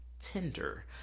tinder